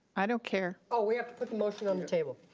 i don't care. oh, we have to put the motion on the table.